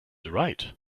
right